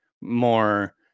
more